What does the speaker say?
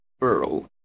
Earl